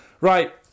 Right